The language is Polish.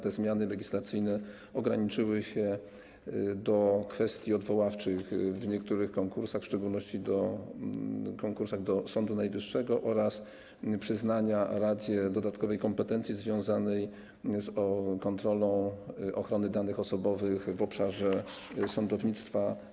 Te zmiany legislacyjne ograniczyły się do kwestii odwoławczych w niektórych konkursach, w szczególności w konkursach dotyczących Sądu Najwyższego, a także przyznania radzie dodatkowej kompetencji związanej z kontrolą ochrony danych osobowych w obszarze sądownictwa.